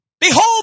Behold